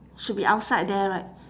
should be outside there right